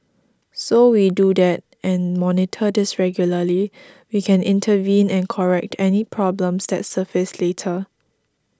so we do that and monitor this regularly we can intervene and correct any problems that surface later